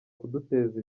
kuduteza